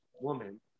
woman